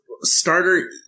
starter